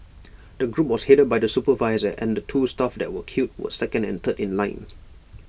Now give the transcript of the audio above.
the group was headed by the supervisor and the two staff that were killed were second and third in line